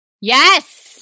Yes